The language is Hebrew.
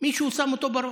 מישהו שם אותו בראש,